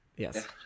Yes